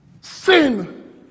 Sin